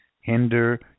hinder